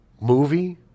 movie